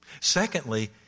Secondly